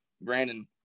Brandon